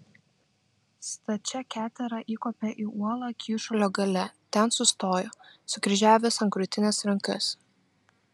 stačia ketera įkopė į uolą kyšulio gale ten sustojo sukryžiavęs ant krūtinės rankas